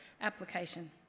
application